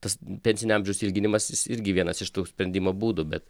tas pensinio amžiaus ilginimas jis irgi vienas iš tų sprendimo būdų bet